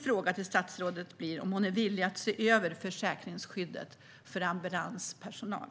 Är statsrådet villig att se över försäkringsskyddet för ambulanspersonal?